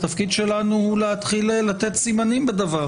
התפקיד שלנו הוא להתחיל לתת סימנים בדבר.